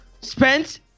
Spence